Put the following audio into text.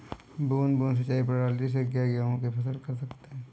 बूंद बूंद सिंचाई प्रणाली से क्या गेहूँ की फसल कर सकते हैं?